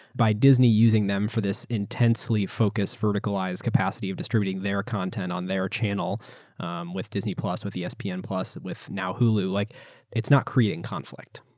by disney using them for this intensely-focused verticalized capacity of disturbing their content on their channel um with disney plus, with espn plus with now hulu, like it's not creating conflict.